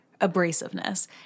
abrasiveness